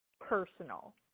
personal